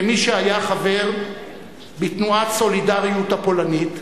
כמי שהיה חבר בתנועת "סולידריות" הפולנית,